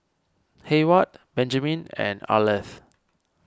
Hayward Benjman and Arleth